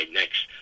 next